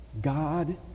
God